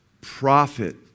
Prophet